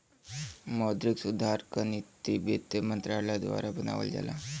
मौद्रिक सुधार क नीति वित्त मंत्रालय द्वारा बनावल जाला